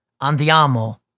andiamo